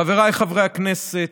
חבריי חברי הכנסת,